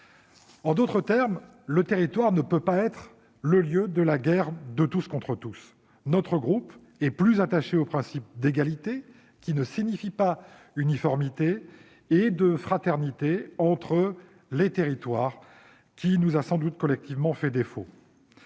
En d'autres termes, le territoire ne peut être le lieu de la guerre de tous contre tous. Notre groupe est plus attaché aux principes d'égalité- qui ne signifie pas uniformité -et de fraternité entre les territoires qui nous a sans doute collectivement fait défaut.